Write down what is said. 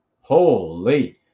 holy